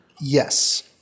Yes